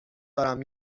دارم